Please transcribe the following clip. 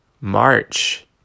March